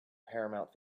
paramount